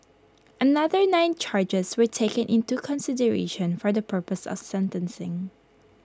another nine charges were taken into consideration for the purpose of sentencing